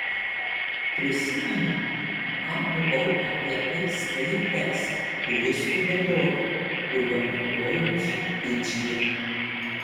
prisimenu ką buvau apie tai skaitęs turistų vadove kuriuo naudojausi fidžyje